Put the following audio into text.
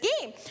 game